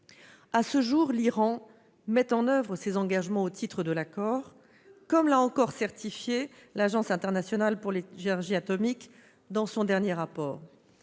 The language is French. À ce jour, l'Iran met en oeuvre ses engagements au titre de l'accord, comme l'a encore certifié l'Agence internationale de l'énergie atomique dans son dernier rapport.